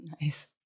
Nice